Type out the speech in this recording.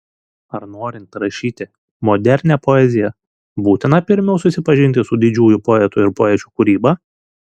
ar norint rašyti modernią poeziją būtina pirmiau susipažinti su didžiųjų poetų ir poečių kūryba